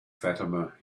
fatima